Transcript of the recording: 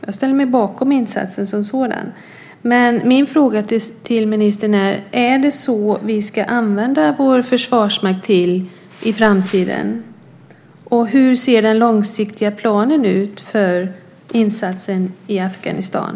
Jag ställer mig bakom insatsen som sådan. Min fråga till ministern är: Är det så vi ska använda vår Försvarsmakt i framtiden? Hur ser den långsiktiga planen ut för insatsen i Afghanistan?